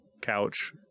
couch